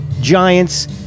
Giants